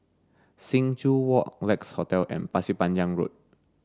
Sing Joo Walk Lex Hotel and Pasir Panjang Road